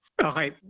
Okay